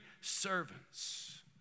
servants